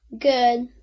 Good